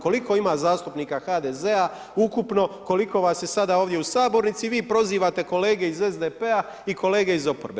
Koliko ima zastupnika HDZ-a ukupno, koliko vas je sada ovdje u sabornici i vi prozivate kolege iz SDP-a i kolege iz oporbe.